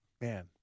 man